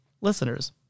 Listeners